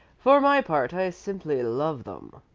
for my part, i simply love them.